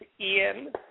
Ian